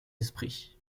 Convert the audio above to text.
esprit